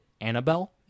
annabelle